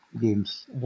games